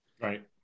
Right